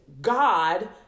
God